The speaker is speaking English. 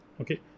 okay